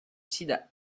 sida